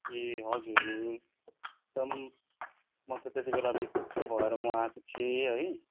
ए हजुर एकदम म त त्यतिबेला बिस्वस्थ भएर म आएको थिएँ है